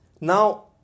Now